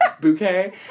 bouquet